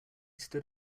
stood